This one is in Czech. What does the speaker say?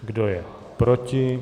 Kdo je proti?